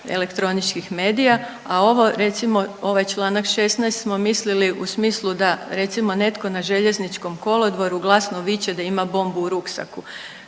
elektroničkih medija, a ovo recimo ovaj čl. 16. smo mislili u smislu da recimo netko na željezničkom kolodvoru glasno viče da ima bombu u ruksaku,